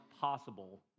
possible